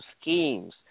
schemes